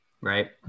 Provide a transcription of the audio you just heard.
right